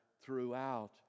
throughout